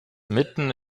mitten